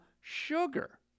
sugar